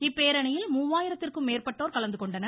இப்பேரணியில் மூவாயிரத்திற்கும் மேற்பட்டோர் கலந்து கொண்டனர்